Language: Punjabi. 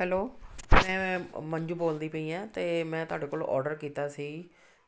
ਹੈਲੋ ਮੈਂ ਮੰਜੂ ਬੋਲਦੀ ਪਈ ਹਾਂ ਅਤੇ ਮੈਂ ਤੁਹਾਡੇ ਕੋਲ ਔਡਰ ਕੀਤਾ ਸੀ